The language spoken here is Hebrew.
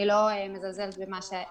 אני לא מזלזלת במה שהוועדה אומרת.